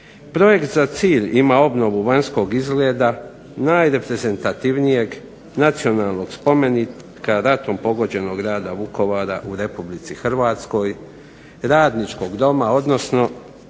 Projekt za cilj ima obnovu vanjskog izgleda najreprezentativnijeg nacionalnog spomenika ratom pogođenog grada Vukovara u Republici Hrvatskoj, radničkog doma, odnosno